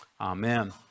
Amen